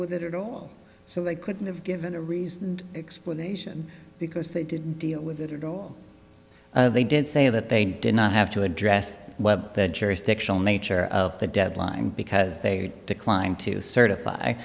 with that at all so they couldn't have given a reason explanation because they didn't deal with it at all they did say that they did not have to address the jurisdictional nature of the deadline because they declined to certify